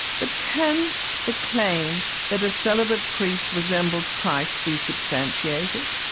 but can the claim that a celibate priest resembles christ be substantiated?